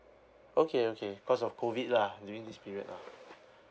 okay okay cause of COVID lah during this period ah